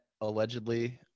allegedly